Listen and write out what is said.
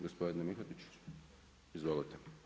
Gospodine Mihotić, izvolite.